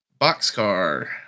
boxcar